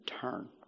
turn